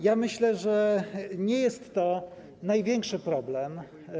Ja myślę, że to nie jest największy problem.